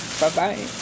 Bye-bye